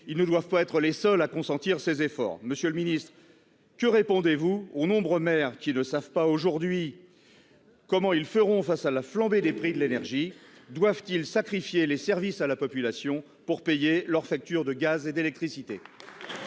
ils ne doivent pas être les seuls à consentir ces efforts, Monsieur le Ministre, que répondez-vous aux nombreux maires qui le savent pas aujourd'hui comment ils feront face à la flambée des prix de l'énergie doivent-ils sacrifier les services à la population pour payer leurs factures de gaz et d'électricité.